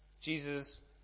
Jesus